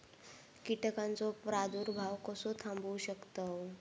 कीटकांचो प्रादुर्भाव कसो थांबवू शकतव?